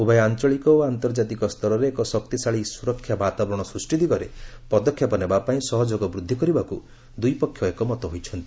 ଉଭୟ ଆଞ୍ଚଳିକ ଓ ଆନ୍ତର୍ଜାତିକ ସ୍ତରରେ ଏକ ଶକ୍ତିଶାଳୀ ସୁରକ୍ଷା ବାତାବରଣ ସୃଷ୍ଟି ଦିଗରେ ପଦକ୍ଷେପ ନେବା ପାଇଁ ସହଯୋଗ ବୃଦ୍ଧି କରିବାକୁ ଉଭୟ ପକ୍ଷ ଏକମତ ହୋଇଛନ୍ତି